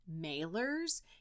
mailers